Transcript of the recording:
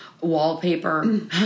Wallpaper